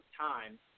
time